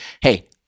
hey